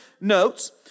notes